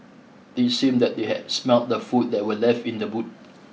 it seemed that they had smelt the food that were left in the boot